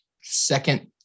Second